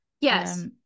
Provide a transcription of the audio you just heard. Yes